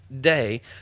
day